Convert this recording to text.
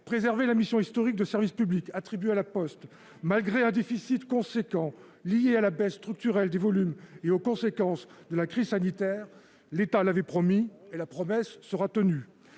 Préserver la mission historique de service public attribuée à La Poste, malgré un déficit significatif lié à la baisse structurelle des volumes et aux conséquences de la crise sanitaire : l'État l'avait promis ; la promesse sera tenue